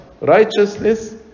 righteousness